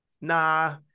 nah